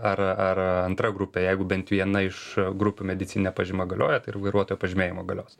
ar ar antra grupė jeigu bent viena iš grupių medicininė pažyma galioja tai ir vairuotojo pažymėjimo galios